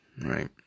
Right